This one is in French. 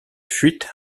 fuite